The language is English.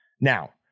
Now